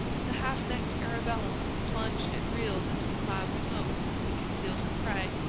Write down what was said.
the half-necked arabella plunged and reeled into the cloud of smoke that concealed her prey,